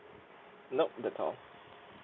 nope that's all